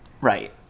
Right